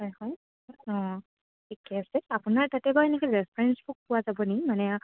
হয় হয় অঁ ঠিকে আছে আপোনাৰ তাতে বাৰু এনেকৈ ৰেফাৰেঞ্চ বুক পোৱা যাব নি মানে